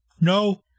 No